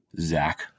Zach